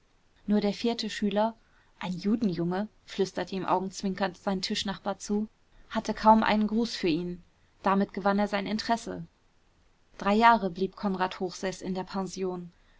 nur der vierte schüler ein judenjunge flüsterte ihm augenzwinkernd sein tischnachbar zu hatte kaum einen gruß für ihn damit gewann er sein interesse drei jahre blieb konrad hochseß in der pension